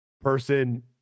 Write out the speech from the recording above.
person